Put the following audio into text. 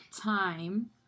time